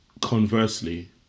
conversely